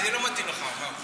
זה לא מתאים לך, הרב.